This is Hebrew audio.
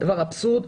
זה אבסורד,